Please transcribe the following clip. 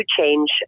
change